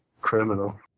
criminal